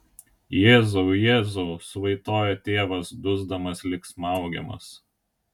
jėzau jėzau suvaitoja tėvas dusdamas lyg smaugiamas